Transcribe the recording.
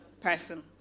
person